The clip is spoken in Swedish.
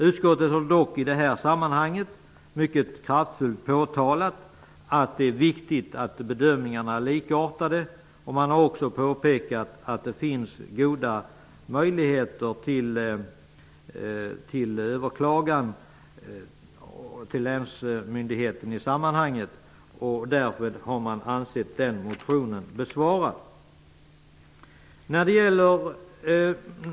Utskottet har i det här sammanhanget dock mycket kraftfullt påpekat att det är viktigt att bedömningarna är likartade. Man har också påpekat att det finns goda möjligheter till överklagan till länsmyndigheten i sammanhanget. Därför har man ansett den motionen besvarad.